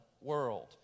world